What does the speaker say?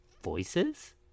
voices